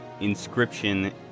inscription